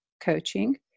coaching